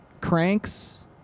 cranks